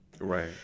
Right